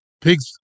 pigs